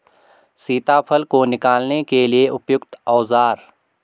सीताफल को निकालने के लिए उपयुक्त औज़ार?